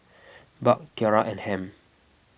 Buck Tiara and Ham